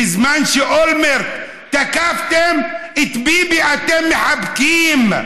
בזמן אולמרט, תקפתם, את ביבי אתם מחבקים.